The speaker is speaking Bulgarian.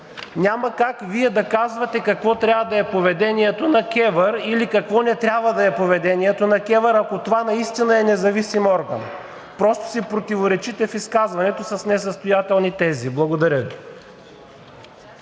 Няма как Вие да казвате какво трябва да е поведението на КЕВР или какво не трябва да е поведението на КЕВР, ако това наистина е независим орган. Просто си противоречите в изказването с несъстоятелни тези. Благодаря Ви.